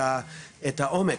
את העומק.